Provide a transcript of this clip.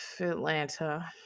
Atlanta